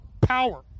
Power